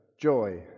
joy